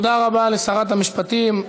תודה רבה לשרת המשפטים.